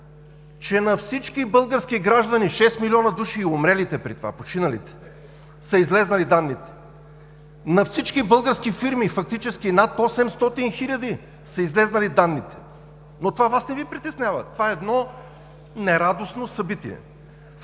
че на всички български граждани – шест милиона души, и умрелите при това, починалите, са излезли данните. На всички български фирми, фактически над 800 хиляди, са излезли данните, но това Вас не Ви притеснява, това е едно нерадостно събитие.